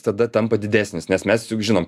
tada tampa didesnis nes mes juk žinom